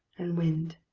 and wind.